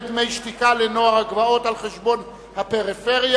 דמי שתיקה לנוער הגבעות על-חשבון הפריפריה,